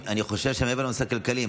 אני חושב שמעבר לנושא הכלכלי,